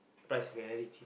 price very cheap